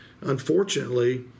Unfortunately